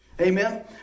Amen